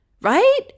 right